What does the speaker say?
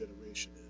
generation